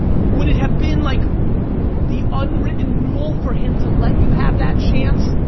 would it have been like the unwritten rule for him to let you have that chance,